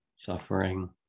Suffering